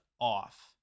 off